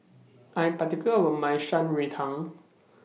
I Am particular about My Shan Rui Tang